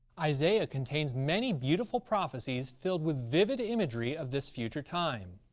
isaiah contains many beautiful prophecies filled with vivid imagery of this future time.